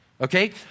Okay